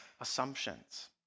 assumptions